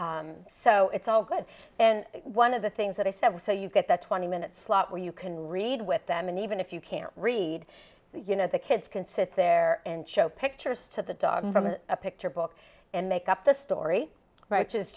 and so it's all good and one of the things that i said was so you get that twenty minute slot where you can read with them and even if you can't read you know the kids can sit there and show pictures to the dog from a picture book and make up the story right